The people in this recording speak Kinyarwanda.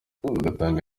batanga